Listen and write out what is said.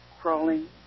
crawling